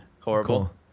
Horrible